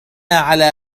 على